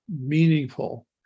meaningful